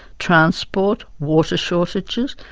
transport, water shortages,